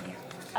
כן, בעד.